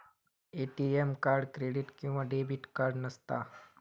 ATM card credit किंवा debit card नसता